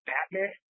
Batman